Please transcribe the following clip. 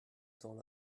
temps